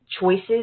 choices